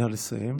נא לסיים.